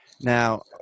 Now